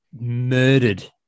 Murdered